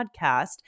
podcast